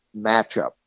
matchup